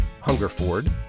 Hungerford